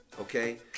Okay